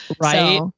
Right